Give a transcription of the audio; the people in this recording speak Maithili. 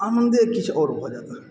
आनन्दे किछु आओर भऽ जाएत अहाँकेॅं